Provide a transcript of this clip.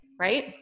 right